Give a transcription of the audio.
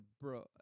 Bro